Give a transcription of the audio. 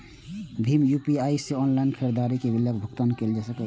भीम UPI सं online खरीदारी के बिलक भुगतान कैल जा सकैए